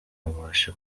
abashe